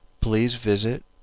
please visit